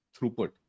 throughput